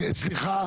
סליחה,